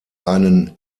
einen